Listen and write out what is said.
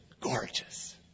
gorgeous